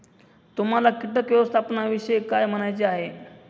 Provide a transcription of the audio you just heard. तुम्हाला किटक व्यवस्थापनाविषयी काय म्हणायचे आहे?